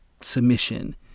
submission